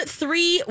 three